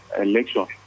election